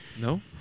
No